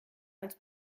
als